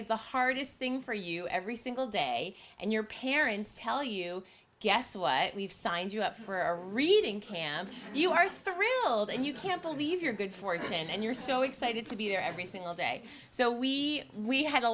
is the hardest thing for you every single day and your parents tell you guess what we've signed you up for a reading camp you are thrilled and you can't believe you're good for it and you're so excited to be there every single day so we we had a